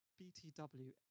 BTW